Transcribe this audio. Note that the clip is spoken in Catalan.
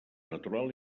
natural